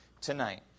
tonight